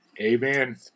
Amen